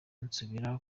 nsubira